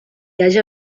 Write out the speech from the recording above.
haja